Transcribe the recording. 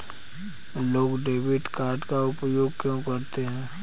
लोग debit card का उपयोग क्यों करते हैं?